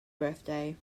birthday